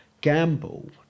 gamble